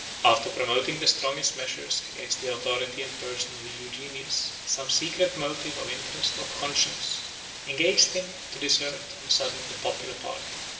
after promoting the strongest measures against the authority and person of eugenius, some secret motive of interest or conscience engaged him to desert on a sudden the popular party.